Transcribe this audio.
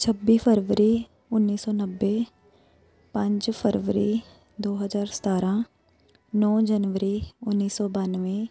ਛੱਬੀ ਫਰਵਰੀ ਉੱਨੀ ਸੌ ਨੱਬੇ ਪੰਜ ਫਰਵਰੀ ਦੋ ਹਜ਼ਾਰ ਸਤਾਰ੍ਹਾਂ ਨੌ ਜਨਵਰੀ ਉੱਨੀ ਸੌ ਬਾਨਵੇਂ